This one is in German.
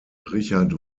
richard